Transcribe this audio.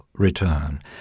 return